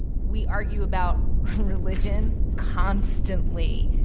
we argue about religion constantly.